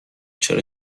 چرا